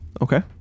Okay